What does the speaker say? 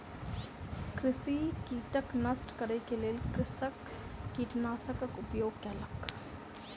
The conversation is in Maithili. कृषि कीटक नष्ट करै के लेल कृषक कीटनाशकक उपयोग कयलक